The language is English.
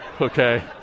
Okay